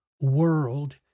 world